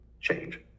change